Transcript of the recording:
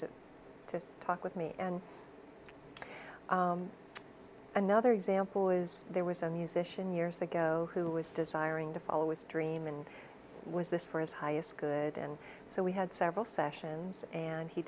come to talk with me and another example was there was a musician years ago who was desiring to follow is dream and was this for his highest good and so we had several sessions and he